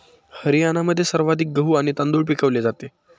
हरियाणामध्ये सर्वाधिक गहू आणि तांदूळ पिकवले जातात